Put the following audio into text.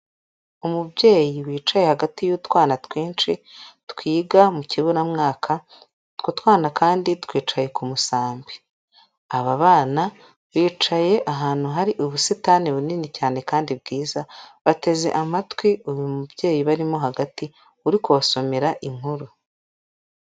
Umubyeyi wicaye hagati y'utwana twinshi twiga mu kiburamwaka, utwo twana kandi twicaye ku musambi, aba bana bicaye ahantu hari ubusitani bunini cyane kandi bwiza, bateze amatwi uyu mubyeyi ubarimo hagati uri kubasomera inkuru.